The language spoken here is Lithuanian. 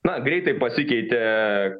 na greitai pasikeitė